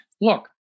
look